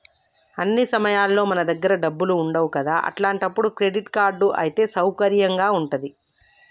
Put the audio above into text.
అన్ని సమయాల్లోనూ మన దగ్గర డబ్బులు ఉండవు కదా అట్లాంటప్పుడు క్రెడిట్ కార్డ్ అయితే సౌకర్యంగా ఉంటది